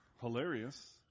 Hilarious